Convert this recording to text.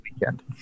weekend